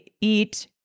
eat